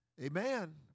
Amen